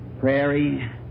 prairie